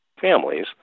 families